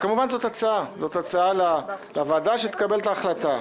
כמובן, זאת הצעה לוועדה שתקבל את ההחלטה.